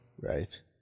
right